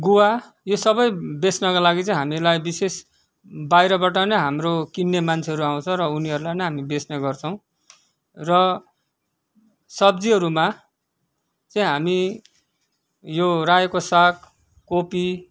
गुवा यी सबै बेच्नका लागि चाहिँ हामीलाई विशेष बाहिरबाट नै हाम्रो किन्ने मान्छेहरू आउँछ र उनीहरूलाई नै हामी बेच्ने गर्छौँ र सब्जीहरूमा चाहिँ हामी यो रायोको साग कोपी